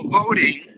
voting